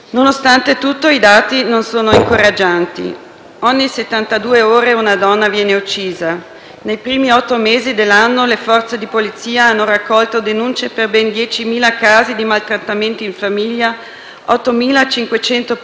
ore una donna viene uccisa. Nei primi otto mesi dell'anno, le Forze di polizia hanno raccolto denunce per ben 10.000 casi di maltrattamenti in famiglia, 8.500 per *stalking*, 3.000 per violenza sessuale.